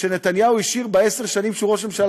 שנתניהו השאיר בעשר השנים שהוא ראש ממשלה,